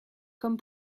comme